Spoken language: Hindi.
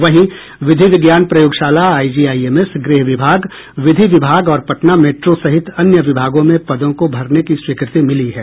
वहीं विधि विज्ञान प्रयोगशाला आईजीआईएमएस गृह विभाग विधि विभाग और पटना मेट्रो सहित अन्य विभागों में पदों को भरने की स्वीकृति मिली है